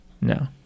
No